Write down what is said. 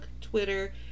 Twitter